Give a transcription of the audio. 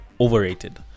overrated